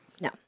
No